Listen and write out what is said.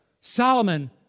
Solomon